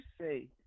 say